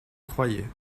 croyais